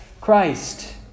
Christ